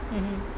mm hmm